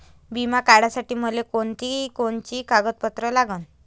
बिमा काढासाठी मले कोनची कोनची कागदपत्र लागन?